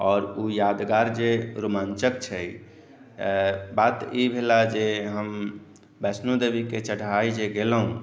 आओर ओ यादगार जे रोमाञ्चक छै बात ई भेला जे हम वैष्णोदेवीके चढ़ाइ जे गेलहूँ